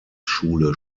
schule